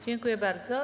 Dziękuję bardzo.